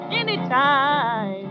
anytime